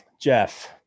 Jeff